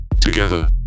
Together